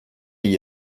iyi